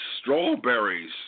strawberries